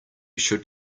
should